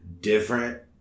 different